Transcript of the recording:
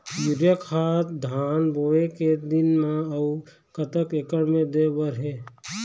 Urea खाद धान बोवे के दिन म अऊ कतक एकड़ मे दे बर हे?